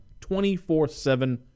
24-7